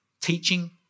teaching